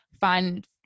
find